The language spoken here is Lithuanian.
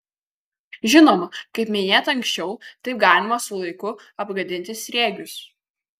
žinoma kaip minėta anksčiau taip galima su laiku apgadinti sriegius